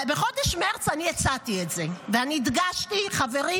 בחודש מרץ אני הצעתי את זה ואני הדגשתי: חברים,